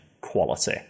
Quality